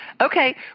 okay